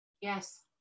Yes